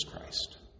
Christ